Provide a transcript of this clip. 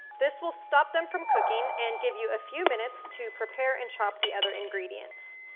this will stop them from cooking and give you a few minutes to prepare and chop the other ingredients.